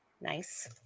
Nice